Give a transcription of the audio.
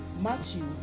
Matthew